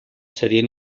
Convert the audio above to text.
serían